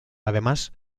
además